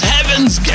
Heaven's